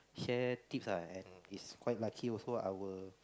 share tips lah and it's quite lucky also lah our